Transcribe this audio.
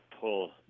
pull